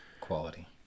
Quality